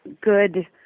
good